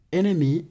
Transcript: enemy